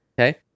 Okay